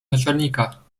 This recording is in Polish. naczelnika